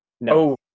no